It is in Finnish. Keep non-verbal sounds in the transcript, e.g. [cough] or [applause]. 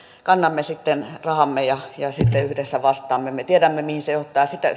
kannamme rahamme ja ja sitten yhdessä vastaamme me tiedämme mihin se johtaa sitä [unintelligible]